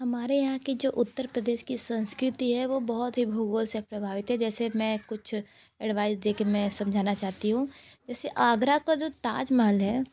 हमारे यहाँ के जो उत्तर प्रदेश की संस्कृति है वो बहुत ही भूगोल से प्रभावित है जैसे मैं कुछ एडवाइस दे के मैं समझाना चाहती हूँ जैसे आगरा का जो ताज महल है